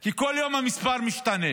כי כל יום המספר משתנה